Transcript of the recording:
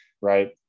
right